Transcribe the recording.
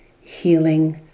healing